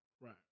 Right